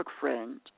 friend